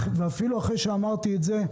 ואפילו אחרי שאמרתי את זה,